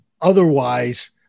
otherwise